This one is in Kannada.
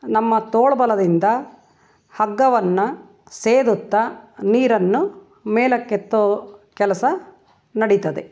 ನಮ್ಮ ತೋಳುಬಲದಿಂದ ಹಗ್ಗವನ್ನು ಸೇದುತ್ತಾ ನೀರನ್ನು ಮೇಲಕ್ಕೆತ್ತೋ ಕೆಲಸ ನಡೀತದೆ